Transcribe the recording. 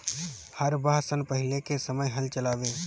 हरवाह सन पहिले के समय हल चलावें